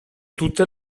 tutte